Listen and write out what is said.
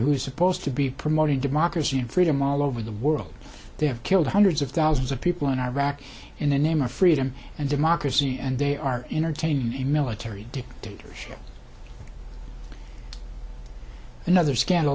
is supposed to be promoting democracy and freedom all over the world they have killed hundreds of thousands of people in iraq in the name of freedom and democracy and they are entertaining a military dictatorship another scandal